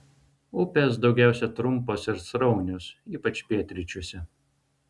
upės daugiausiai trumpos ir sraunios ypač pietryčiuose